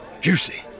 Juicy